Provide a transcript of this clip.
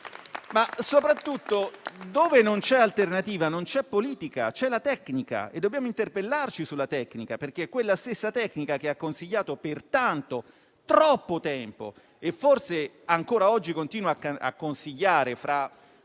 Ma, soprattutto, dove non c'è alternativa e non c'è politica, c'è la tecnica e dobbiamo interpellarci sulla tecnica, perché è quella stessa tecnica che ha consigliato per tanto, troppo tempo (e forse ancora oggi continua a consigliare, fra